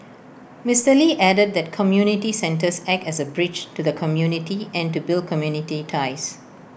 Mister lee added that community centers act as A bridge to the community and to build community ties